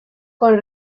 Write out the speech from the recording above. con